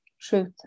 truth